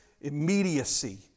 immediacy